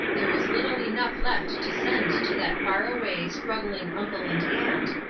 there was little enough left to send to that far-away, struggling uncle and aunt,